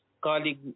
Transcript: colleague